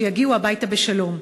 שיגיעו הביתה בשלום.